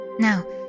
Now